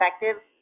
effective